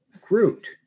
Groot